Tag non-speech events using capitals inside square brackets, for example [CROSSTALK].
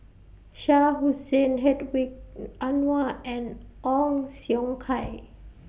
Shah Hussain Hedwig [NOISE] Anuar and Ong Siong Kai